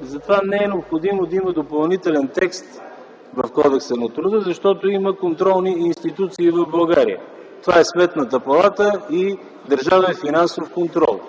За това не е необходимо да има допълнителен текст в Кодекса на труда, защото има контролни институции в България – това са Сметната палата и Държавен финансов контрол.